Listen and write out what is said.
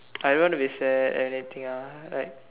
I don't want to be sad and anything lah like